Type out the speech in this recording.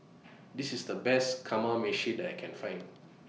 This IS The Best Kamameshi that I Can Find